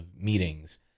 meetings